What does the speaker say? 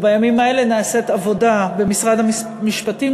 בימים האלה נעשית עבודה במשרד המשפטים